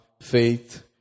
faith